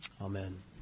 Amen